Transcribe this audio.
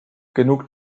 genug